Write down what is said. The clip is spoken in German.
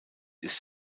ist